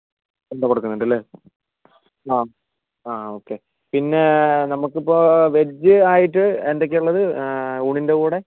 കൊടുക്കുന്നുണ്ട് അല്ലേ ആ ആ ഓക്കേ പിന്നെ നമുക്ക് ഇപ്പോൾ വെജ് ആയിട്ട് എന്തൊക്കെയാണ് ഉള്ളത് ഊണിൻ്റെ കൂടെ